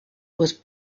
was